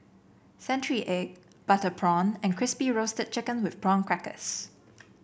Century Egg Butter Prawn and Crispy Roasted Chicken with Prawn Crackers